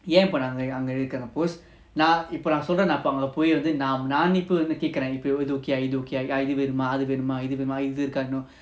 ஏன்இப்போநான்அங்கஇருக்குறேன்நான்இப்போசொல்றேன்லஅங்கபொய்நான்கேக்குறேன்இதுவேணுமாஅதுவேணுமாஇதுஇருக்கஇன்னும்:yen ipo nan anga irukuren naan ipo solrenla andha poi nan kekuren idhuvenuma idhu iruka innum you know